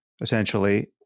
essentially